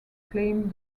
claimed